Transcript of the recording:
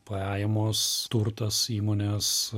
pajamos turtas įmonės